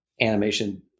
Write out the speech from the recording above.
animation